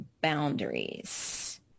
boundaries